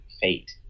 fate